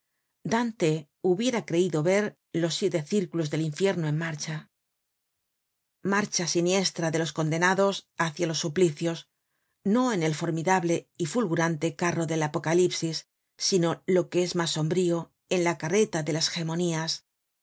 dante hubiera creido verlos siete circulos del infierno en marcha marcha siniestra de los condenados hácia los suplicios no en el formidable y fulgurante carro del apocalipsis sino lo que es mas sombrío en la carreta de las gemonías